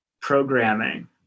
programming